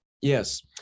Yes